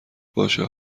باشه